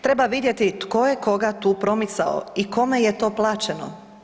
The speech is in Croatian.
Treba vidjeti tko je koga tu promicao i kome je to plaćeno.